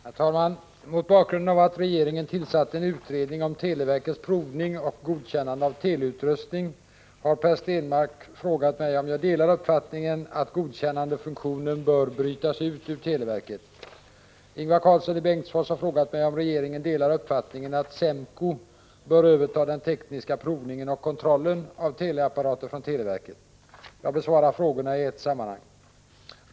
Herr talman! Mot bakgrund av att regeringen tillsatt en utredning om televerkets provning och godkännande av teleutrustning har Per Stenmarck frågat mig om jag delar uppfattningen att godkännandefunktionen bör brytas ut ur televerket. Ingvar Karlsson i Bengtsfors har frågat mig om regeringen delar uppfattningen att SEMKO bör överta den tekniska provningen och kontrollen av teleapparater från televerket. Jag besvarar frågorna i ett sammanhang.